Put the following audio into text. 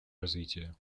развития